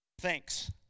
Thanks